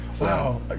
Wow